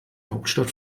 hauptstadt